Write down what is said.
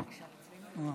השר אבי ניסנקורן.